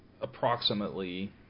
approximately